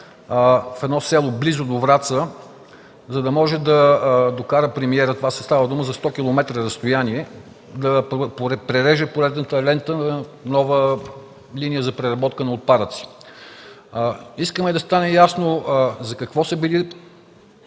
в едно село близо до Враца, за да може да докара премиера – става дума за 100 км разстояние, да пререже поредната лента на нова линия за преработка на отпадъци. Искаме да стане ясно за какво са били